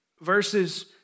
verses